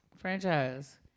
franchise